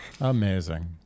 amazing